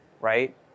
right